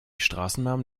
straßennamen